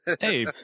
Hey